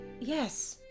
yes